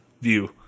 view